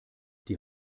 die